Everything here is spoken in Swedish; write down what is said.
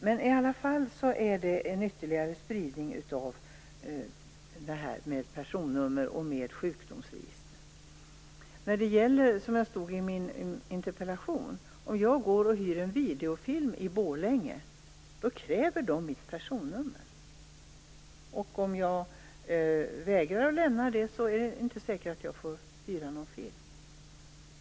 Men det här med personnummer och sjukdomsregister innebär i alla fall en ytterligare spridning. Som jag skrev i min interpellation kräver man mitt personnummer om jag går och hyr en videofilm i Borlänge. Om jag vägrar att lämna det är det inte säkert att jag får hyra någon film.